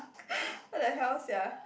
!what the hell! sia